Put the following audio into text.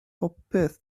popeth